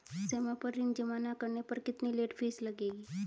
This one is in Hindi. समय पर ऋण जमा न करने पर कितनी लेट फीस लगेगी?